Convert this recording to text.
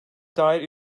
dair